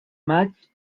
maig